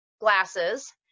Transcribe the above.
glasses